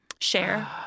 share